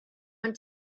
went